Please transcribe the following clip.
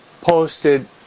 posted